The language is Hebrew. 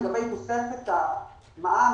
לגבי תוספת המע"מ,